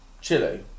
chili